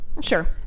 Sure